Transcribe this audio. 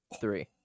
Three